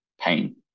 pain